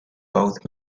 both